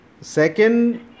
second